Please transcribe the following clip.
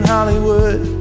Hollywood